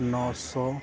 نو سو